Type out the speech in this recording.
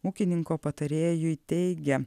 ūkininko patarėjui teigė